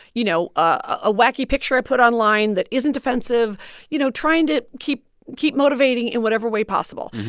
you know, a wacky picture i put online that isn't offensive you know, trying to keep keep motivating in whatever way possible.